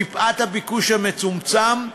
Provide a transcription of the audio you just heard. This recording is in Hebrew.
מפאת ההיצע המצומצם,